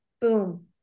boom